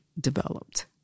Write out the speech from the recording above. developed